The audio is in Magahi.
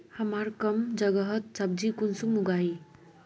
हमार कम जगहत सब्जी कुंसम उगाही?